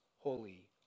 holy